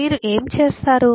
మీరు ఎలా చేస్తారు